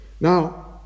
Now